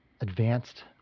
advanced